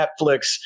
Netflix